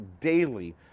daily